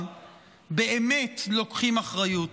------- באמת לוקחים אחריות.